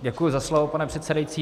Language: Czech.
Děkuji za slovo, pane předsedající.